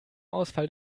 ausfall